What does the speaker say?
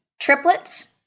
triplets